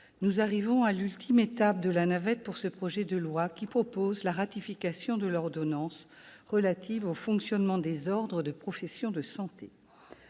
nous arrivons à l'ultime étape de la navette pour ce projet de loi qui prévoit la ratification de l'ordonnance relative au fonctionnement des ordres des professions de santé.